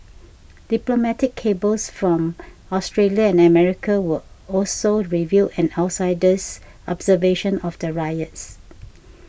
diplomatic cables from Australia and America were also revealed an outsider's observation of the riots